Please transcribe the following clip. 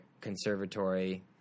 conservatory